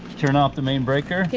turn off the main breaker.